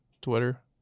Twitter